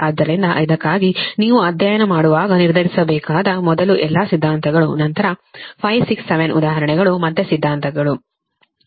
ಆದ್ದರಿಂದ ಇದಕ್ಕಾಗಿ ನೀವು ಅಧ್ಯಯನ ಮಾಡುವಾಗ ನಿರ್ಧರಿಸಬೇಕಾದ ಮೊದಲು ಎಲ್ಲಾ ಸಿದ್ಧಾಂತಗಳು ನಂತರ 5 6 7 ಉದಾಹರಣೆಗಳು ಮತ್ತೆ ಸಿದ್ಧಾಂತಗಳು